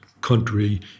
country